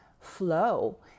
flow